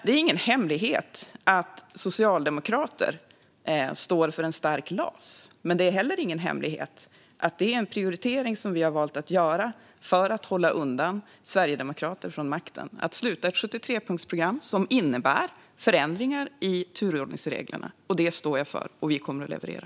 Det är ingen hemlighet att socialdemokrater står för en stark LAS, men det är heller ingen hemlighet att det är en prioritering som vi har valt att göra för att hålla undan sverigedemokrater från makten att sluta ett 73punktsavtal som innebär förändringar i turordningsreglerna. Det står jag för, och vi kommer att leverera.